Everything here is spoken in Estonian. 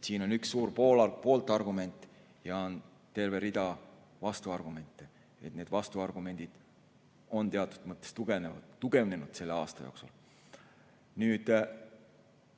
Siin on üks suur pooltargument ja on terve rida vastuargumente. Vastuargumendid on teatud mõttes tugevnenud selle aasta jooksul.